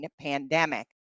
pandemic